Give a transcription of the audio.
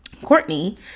Courtney